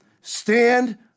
Stand